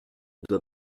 doit